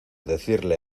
decirle